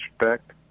respect